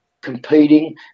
competing